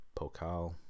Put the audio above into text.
Pokal